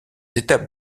étapes